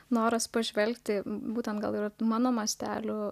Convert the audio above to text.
noras pažvelgti būtent gal ratu mano mastelių